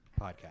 podcast